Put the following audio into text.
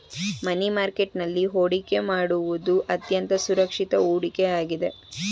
ಮನಿ market ನಲ್ಲಿ ಹೊಡಿಕೆ ಮಾಡುವುದು ಅತ್ಯಂತ ಸುರಕ್ಷಿತ ಹೂಡಿಕೆ ಆಗಿದೆ